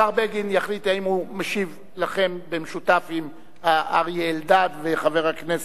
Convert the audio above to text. השר בגין יחליט אם הוא משיב לכם במשותף עם אורי אריאל וזאב אלקין,